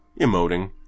Emoting